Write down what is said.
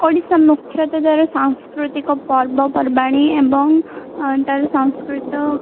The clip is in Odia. ଓଡ଼ିଶା ମୁଖ୍ୟତଃ ତାର ସାଂସ୍କୃତିକ ପର୍ବପର୍ବାଣି ଏବଂ ତାର ସଂସ୍କୃତି